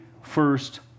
first